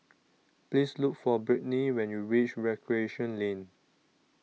Please Look For Britni when YOU REACH Recreation Lane